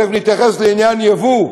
תכף נתייחס לעניין היבוא,